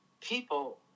people